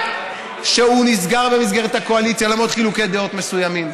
והוא נסגר במסגרת הקואליציה למרות חילוקי דעות מסוימים,